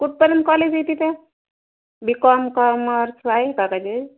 कुठपर्यंत कॉलेज आहे तिथे बी कॉम कॉमर्स आहे का लगेच